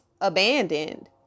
abandoned